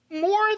More